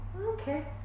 Okay